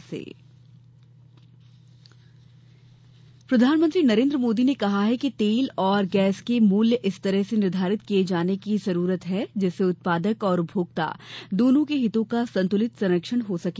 मोदी सम्मेलन प्रधानमंत्री नरेन्द्र मोदी ने कहा है कि तेल और गैस के मूल्य इस तरह से निर्धारित किये जाने की जरूरत है जिससे उत्पादक और उपभोक्त दोनों के हितों का संतुलित संरक्षण हो सके